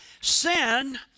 sin